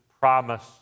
promise